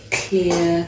clear